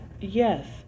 yes